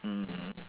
mm